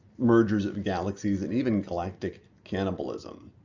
mergers of galaxies and even galactic cannibalism.